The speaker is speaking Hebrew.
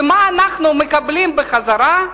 ומה אנחנו מקבלים בחזרה?